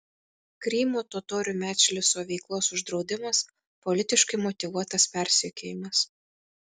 krymo totorių medžliso veiklos uždraudimas politiškai motyvuotas persekiojimas